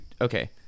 okay